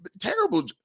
terrible